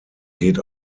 geht